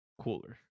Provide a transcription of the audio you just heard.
cooler